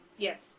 Yes